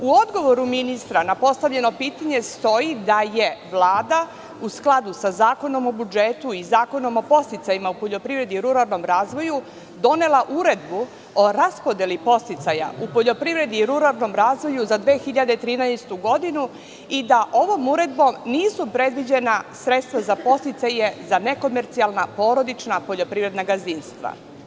U odgovoru ministra na postavljeno pitanje stoji da je Vlada, u skladu sa Zakonom o budžetu i Zakonom o podsticajima u poljoprivredi i ruralnom razvoju, donela Uredbu o raspodeli podsticaja u poljoprivredi i ruralnom razvoju za 2013. godinu i da ovom uredbom nisu predviđena sredstva za podsticaje za nekomercijalna porodična poljoprivredna gazdinstva.